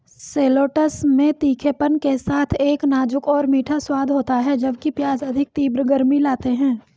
shallots में तीखेपन के साथ एक नाजुक और मीठा स्वाद होता है, जबकि प्याज अधिक तीव्र गर्मी लाते हैं